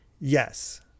Yes